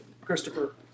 Christopher